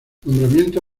nombramiento